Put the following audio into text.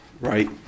right